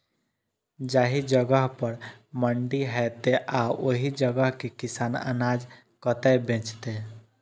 जाहि जगह पर मंडी हैते आ ओहि जगह के किसान अनाज कतय बेचते?